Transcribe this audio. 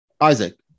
Isaac